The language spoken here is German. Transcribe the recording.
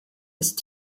ist